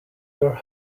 your